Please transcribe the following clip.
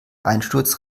einsturz